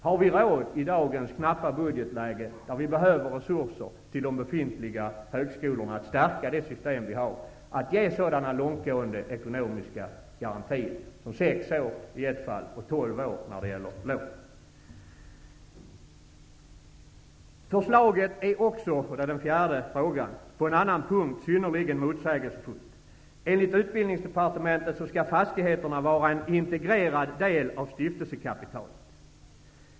Har vi i dagens knappa budgetläge, där vi behöver resurser till de befintliga högskolorna för att stärka det system som vi har, råd att ge så långtgående ekonomiska garantier som i ett fall sex år och tolv år när det gäller lån? Min fjärde fråga utgår från att förslaget också på en annan punkt är synnerligen motsägelsefullt. Enligt Utbildningsdepartementet skall fastigheterna vara en integrerad del av stiftelsekapitalet.